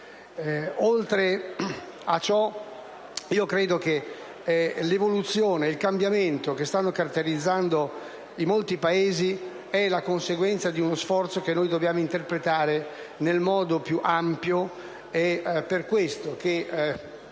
Oltre a ciò, ritengo che l'evoluzione ed il cambiamento che stanno caratterizzando molti Paesi siano la conseguenza di uno sforzo che dobbiamo interpretare nel modo più ampio.